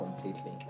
completely